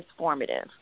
transformative